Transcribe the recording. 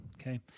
Okay